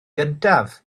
gyntaf